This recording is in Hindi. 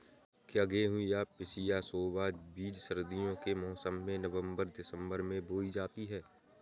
क्या गेहूँ या पिसिया सोना बीज सर्दियों के मौसम में नवम्बर दिसम्बर में बोई जाती है?